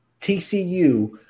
TCU